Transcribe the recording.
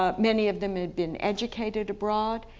ah many of them had been educated abroad,